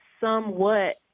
somewhat